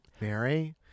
Mary